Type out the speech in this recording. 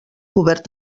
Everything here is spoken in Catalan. cobert